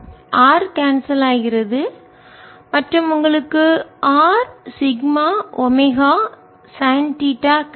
R cancel ஆகிறது மற்றும் உங்களுக்கு R sigma omega sine theta கிடைக்கும்